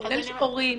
כולל הורים,